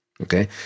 okay